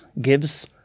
gives